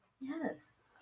Yes